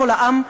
"קול העם",